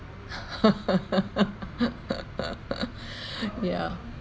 yeah